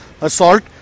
assault